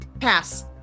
Pass